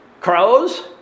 Crows